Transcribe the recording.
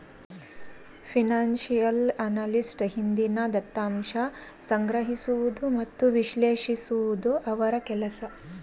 financial analyst ಹಿಂದಿನ ದತ್ತಾಂಶ ಸಂಗ್ರಹಿಸುವುದು ಮತ್ತು ವಿಶ್ಲೇಷಿಸುವುದು ಅವರ ಕೆಲಸ